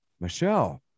Michelle